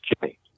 Jimmy